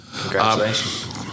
Congratulations